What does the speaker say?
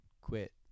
quit